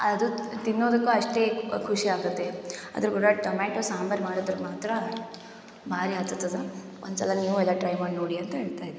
ಅದು ತಿನ್ನೋದಕ್ಕು ಅಷ್ಟೇ ಖುಷಿಯಾಗತ್ತೆ ಆದ್ರ್ ಕೂಡ ಟೊಮೆಟೊ ಸಾಂಬಾರ್ ಮಾಡಿದ್ರೆ ಮಾತ್ರ ಭಾರಿ ಹತ್ತತದ ಒಂದುಸಲ ನೀವು ಇದ ಟ್ರೈ ಮಾಡಿನೋಡಿ ಅಂತ ಹೇಳ್ತಯಿದ್ದೆ